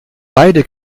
beide